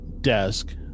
desk